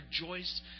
rejoice